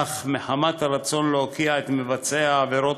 אך מחמת הרצון להוקיע את מבצעי העבירות